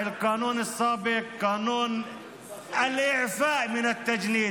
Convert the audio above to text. תרגומם: החברה הערבית שלנו עקבה יחד איתנו אחר ההצבעה על החוק הקודם,